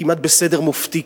כמעט בסדר מופתי,